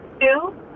Two